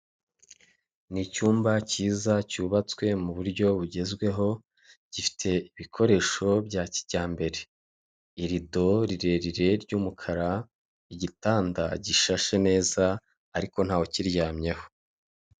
Ni icyumba cyiza, cyubatswe mu buryo bugezweho, gifite ibikoresho bya kijyambere. Irido rirerire ry'umukara, igitanda gishashe neza, ariko ntawe ukiryamyeho.